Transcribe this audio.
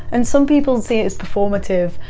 and some people see it as performative,